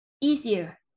easier